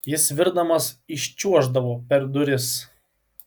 jis svirdamas įčiuoždavo per duris